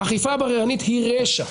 אכיפה בררנית היא רשע.